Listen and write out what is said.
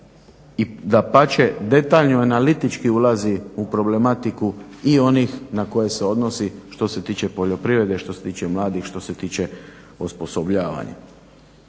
i dapače detaljno analitički ulazi u problematiku i onih na koje se odnosi što se tiče poljoprivrede, što se tiče mladih, što se tiče osposobljavanja.